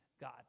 God